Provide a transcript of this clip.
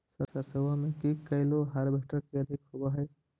सरसोबा मे की कैलो हारबेसटर की अधिक होब है?